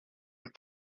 are